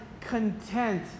content